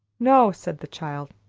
no, said the child,